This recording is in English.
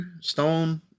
Stone